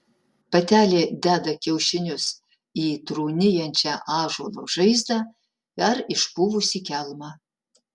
patelė deda kiaušinius į trūnijančią ąžuolo žaizdą ar išpuvusį kelmą